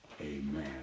amen